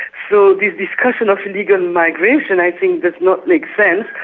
so the discussion of illegal migration, i think, does not make sense.